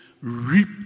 reap